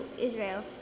Israel